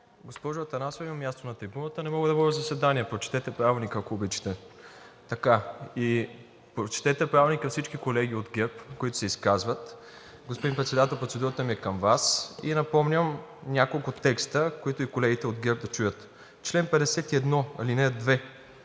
Госпожо Атанасова, има място на трибуната, не мога да водя заседание, прочетете Правилника, ако обичате. Прочете Правилника всички колеги от ГЕРБ, които се изказват. Господин Председател, процедурата ми е към Вас и напомням няколко текста, които и колегите от ГЕРБ да чуят: чл. 51, ал.